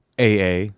AA